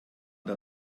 der